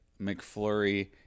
McFlurry